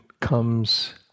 comes